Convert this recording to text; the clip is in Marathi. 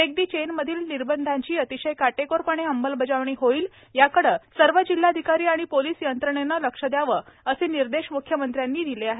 ब्रेक द चेन मधील निर्बंधांची अतिशय काटेकोरपणे अंमलबजावणी होईल याकडे सर्व जिल्हाधिकारी आणि पोलीस यंत्रणेनं लक्ष दयावं असे निर्देश मुख्यमंत्र्यांनी दिले आहेत